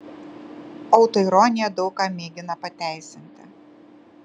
autoironija daug ką mėgina pateisinti